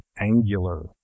angular